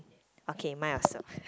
okay mine also